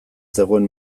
zegoen